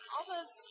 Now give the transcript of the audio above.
others